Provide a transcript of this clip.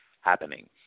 happening